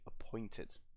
appointed